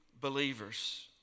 believers